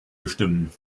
bestimmen